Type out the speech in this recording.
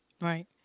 Right